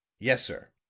yes, sir.